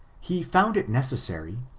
he found it necessary,